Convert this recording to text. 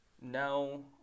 no